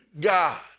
God